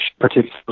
particularly